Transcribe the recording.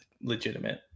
legitimate